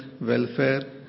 welfare